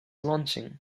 launching